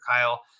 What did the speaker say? Kyle